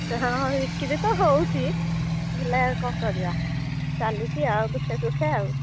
ହଁ ବିକ୍ରି ତ ହେଉଛି ହେଲେ କ'ଣ କରିବା ଚାଲିଛି ଆଉ ଦୁଃଖେ ସୁଖେ